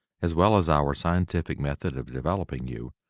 as well as our scientific method of developing you,